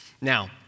now